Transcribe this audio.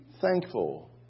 thankful